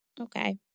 Okay